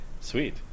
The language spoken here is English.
Sweet